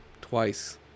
twice